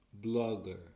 blogger